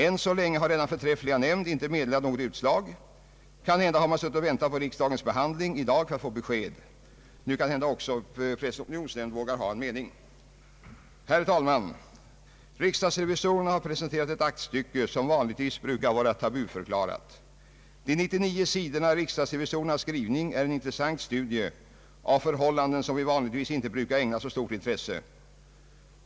än så länge har denna förträffliga nämnd inte meddelat något utslag; kanhända har man suttit och väntat på riksdagens behandling i dag för att få besked. Måhända vågar också Pressens opinionsnämnd nu ha en egen mening. Herr talman! Riksdagsrevisorerna har presenterat ett aktstycke som vanligtvis brukar vara tabuförklarat. De 99 sidorna i riksdagsrevisorernas skrivning är en intressant studie av förhållanden som vi vanligtvis inte brukar ägna så stort intresse.